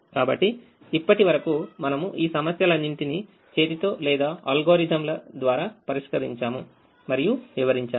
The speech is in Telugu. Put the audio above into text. కాబట్టి ఇప్పటివరకు మనము ఈ సమస్యలన్నింటినీ చేతితో లేదా అల్గోరిథంల ద్వారా పరిష్కరించాము మరియు వివరించాము